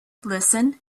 listen